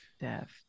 death